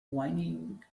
whinnying